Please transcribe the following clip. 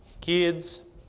kids